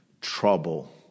trouble